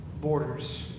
borders